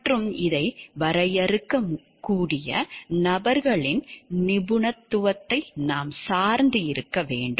மற்றும் இதை வரையறுக்கக்கூடிய நபர்களின் நிபுணத்துவத்தை நாம் சார்ந்து இருக்க வேண்டும்